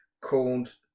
called